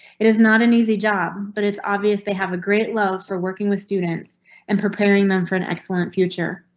it is not an easy job, but it's obvious they have a great love for working with students and preparing them for an excellent future.